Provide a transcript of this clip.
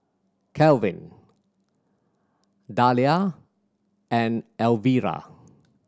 Kelvin Dahlia and Elvira